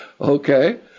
Okay